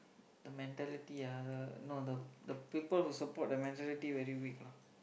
the mentality ah the no the the people who support the mentality very weak lah